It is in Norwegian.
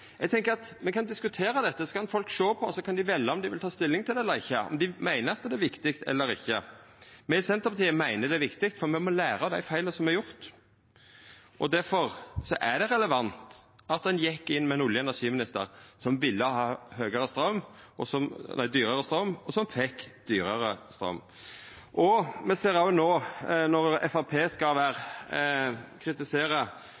Eg tenkjer me kan diskutera dette, så kan folk sjå på og velja om dei vil ta stilling til det eller ikkje, om dei meiner det er viktig eller ikkje. Me i Senterpartiet meiner det er viktig, for me må læra av dei feila som er gjorde. Difor er det relevant at ein gjekk inn med ein olje- og energiminister som ville ha dyrare straum, og som fekk dyrare straum. Me ser òg no når Framstegspartiet skal kritisera næringspolitikken til regjeringa, at dei snakkar om oljepolitikken som at dette er noko som skal